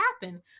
happen